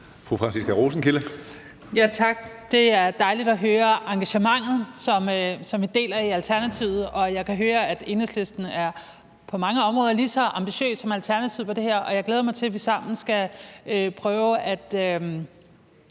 Tak. Det er dejligt at høre engagementet, som vi deler i Alternativet, og jeg kan høre, at Enhedslisten på mange måder er lige så ambitiøs som Alternativet på det her område. Jeg glæder mig til, at vi sammen skal prøve at